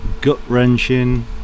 gut-wrenching